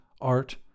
art